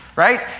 Right